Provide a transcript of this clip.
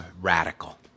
radical